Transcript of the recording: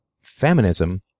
feminism